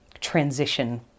transition